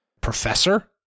professor